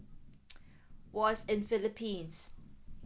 was in Philippines